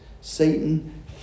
Satan